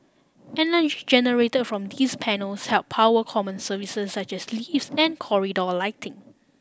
energy generate from these panels help power common services such as lifts and corridor lighting